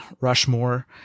Rushmore